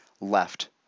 left